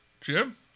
Jim